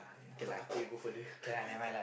I thought I thought you go further